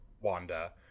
Wanda